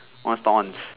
what's on